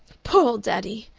poor old daddy!